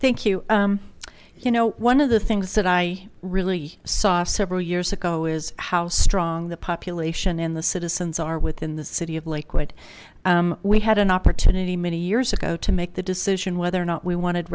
thank you you know one of the things that i really saw several years ago is how strong the population in the citizens are within the city of lakewood we had an opportunity many years ago to make the decision whether or not we wanted